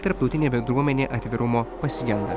tarptautinė bendruomenė atvirumo pasigenda